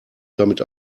damit